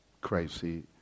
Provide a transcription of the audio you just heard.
crazy